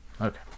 Okay